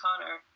Connor